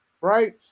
Right